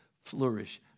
Flourish